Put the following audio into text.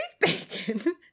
bacon